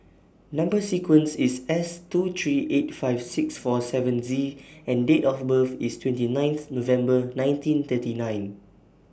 Number sequence IS S two three eight five six four seven Z and Date of birth IS twenty ninth November nineteen thirty nine